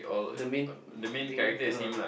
the main thing ah